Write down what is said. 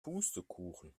pustekuchen